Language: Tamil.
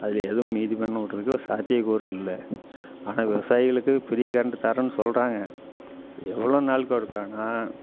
அதில் எதுவும் மீதி பண்ணவிட்றதுக்கு ஒரு சாத்தியக்கூறு இல்லை ஆனால் விவசாயிகளுக்கு ஃப்ரீ கரண்டு தர்றேன்னு சொல்கிறாங்க எவ்வளோ நாளுக்கு ஒருக்கானால்